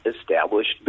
established